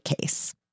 case